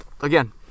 again